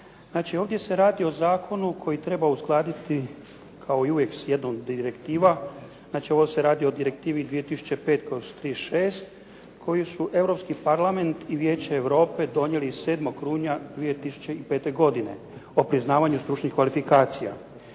ovdje se radi o zakonu koji treba uskladiti kao i uvijek s jednom od direktiva. Znači ovo se radi o direktivi 2005/35 koju su Europski Parlament i Vijeće Europe donijeli 7. rujna 2005. godine, o priznavanju stručnih kvalifikacija.